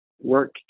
work